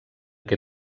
què